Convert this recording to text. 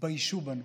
יתביישו בנו,